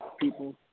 people